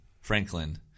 Franklin